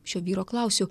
šio vyro klausiu